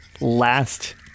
last